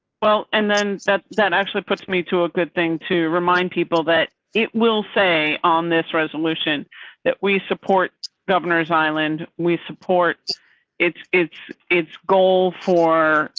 well, and then that that actually puts me to a good thing to remind people that it will say on this resolution that we support governors island we support it's, it's its goal for.